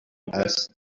است